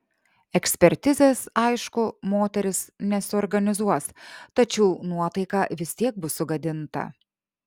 ekspertizės aišku moteris nesuorganizuos tačiau nuotaika vis tiek bus sugadinta